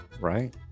Right